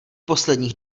posledních